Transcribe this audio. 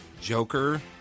Joker